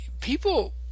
people